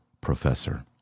professor